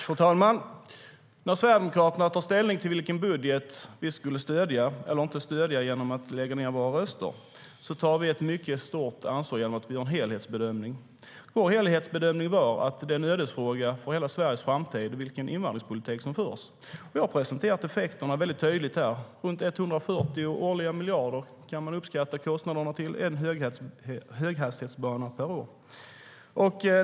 Fru talman! När Sverigedemokraterna tog ställning till vilken budget vi skulle stödja - eller inte stödja genom att lägga ned våra röster - tog vi ett mycket stort ansvar genom att göra en helhetsbedömning. Vår helhetsbedömning var att det är en ödesfråga för hela Sveriges framtid vilken invandringspolitik som förs. Jag har presenterat effekterna tydligt här: Runt 140 miljarder årligen kan man uppskatta kostnaderna till. Det är en höghastighetsbana per år.